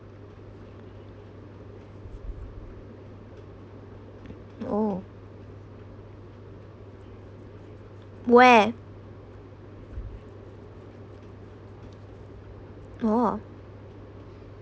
oh where oh